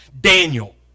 Daniel